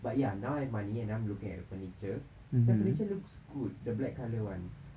but ya now I have money and I'm looking at the furniture and the furniture looks good the black colour one